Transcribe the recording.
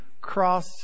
cross